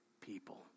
people